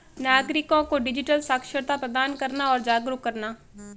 नागरिको को डिजिटल साक्षरता प्रदान करना और जागरूक करना